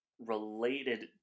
related